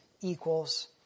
equals